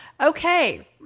Okay